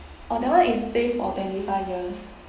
orh that one is save for twenty five years